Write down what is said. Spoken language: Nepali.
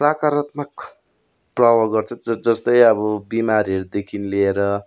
सकारात्मक प्रभाव गर्छ ज जस्तै अब बिमारीहरूदेखि लिएर